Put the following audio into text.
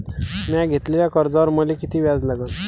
म्या घेतलेल्या कर्जावर मले किती व्याज लागन?